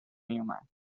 میومد